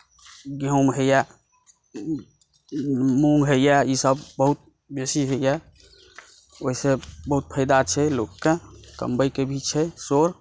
गेहूॅंम होइए मुँग होइए ई सभ बहुत बेसी होइए ओहिसॅं बहुत फायदा छै लोककेँ कमबैके भी छै श्रोत